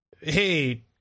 Hey